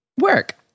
Work